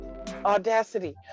audacity